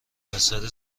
حصار